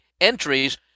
entries